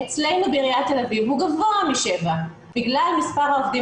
אצלנו בעיריית תל אביב הוא גבוה מ-7 בגלל מספר העובדים